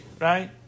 right